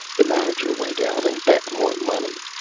the manager went out and bet more money,